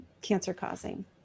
cancer-causing